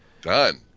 Done